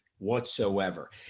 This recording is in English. whatsoever